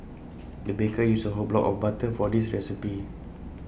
the baker used A whole block of butter for this recipe